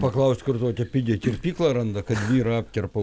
paklaust kur tokią pigią kirpyklą randa kas yra apkerpa